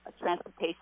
transportation